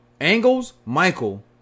Angles-Michael